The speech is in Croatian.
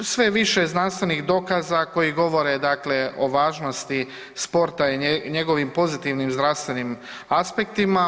Sve je više znanstvenih dokaza koji govore dakle o važnosti sporta i njegovim pozitivnim zdravstvenim aspektima.